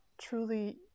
truly